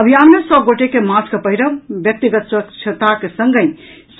अभियान मे सभ गोटे के मास्क पहिरब व्यक्तिगत स्वच्छताक संगहि